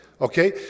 Okay